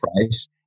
price